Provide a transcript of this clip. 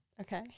Okay